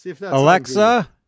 Alexa